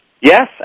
Yes